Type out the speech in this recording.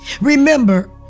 Remember